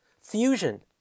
fusion